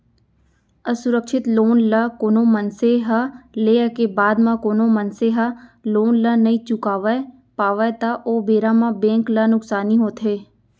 असुरक्छित लोन ल कोनो मनसे ह लेय के बाद म कोनो मनसे ह लोन ल नइ चुकावय पावय त ओ बेरा म बेंक ल नुकसानी होथे